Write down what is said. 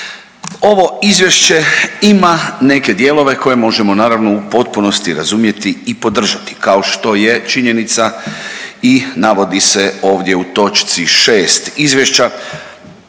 ovo izvješće ima neke dijelove koje možemo naravno u potpunosti razumjeti i podržati kao što je činjenica i navodi se ovdje u točci 6. izvješća